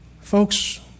Folks